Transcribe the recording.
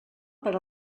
per